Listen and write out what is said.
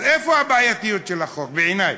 אז איפה הבעייתיות של החוק, בעיני?